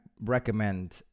recommend